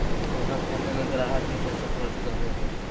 जमा खाते में ग्राहक के पैसा सुरक्षित रहो हइ